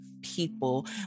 people